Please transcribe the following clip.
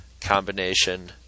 combination